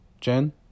Jen